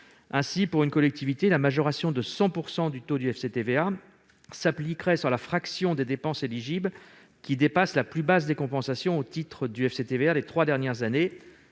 Ainsi, pour une collectivité, la majoration de 100 % du taux du FCTVA s'appliquerait sur la fraction des dépenses éligibles qui dépasse la plus basse des compensations au titre du FCTVA lors des trois dernières années.